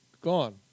gone